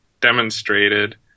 demonstrated